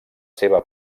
seva